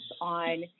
on